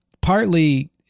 partly